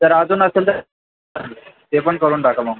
जर अजून असेल तर चांगलं आहे ते पण करून टाका मग